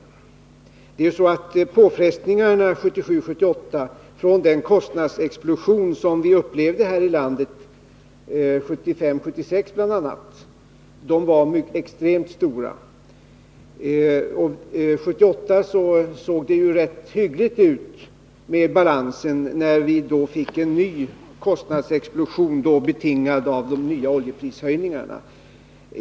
Påfrestningarna åren 1977-1978 från den kostnadsexplosion som vi upplevde här i landet bl.a. 1975-1976 var extremt stora. År 1978 såg det rätt hyggligt ut med balansen, men då fick vi en ny kostnadsexplosion, betingad av de nya oljeprishöjningarna.